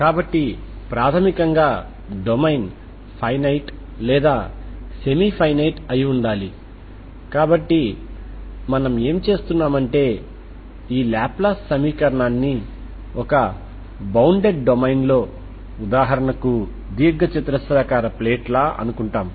కాబట్టి ప్రాథమికంగా domain finite లేదా సెమీ ఫైనైట్ అయి ఉండాలి కాబట్టి మనం ఏం చేస్తున్నామంటే ఈ లాప్లాస్ సమీకరణాన్ని ఒక బౌండెడ్ డొమైన్ లో ఉదాహరణకు దీర్ఘచతురస్రాకార ప్లేట్ లా అనుకుంటాం